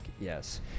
Yes